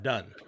Done